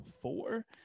four